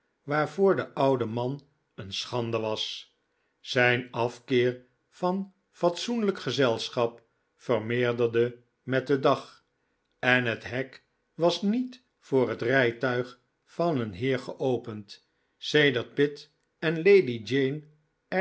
waarvoor de oude man een schande was zijn afkeer van fatsoenlijk gezelschap vermeerderde met den dag en het hek was niet voor het rijtuig van een heer geopend sedert pitt en lady jane